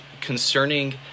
concerning